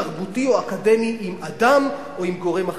תרבותי או אקדמי עם אדם או עם גורם אחר".